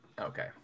Okay